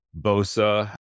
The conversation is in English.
Bosa